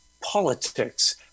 politics